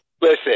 Listen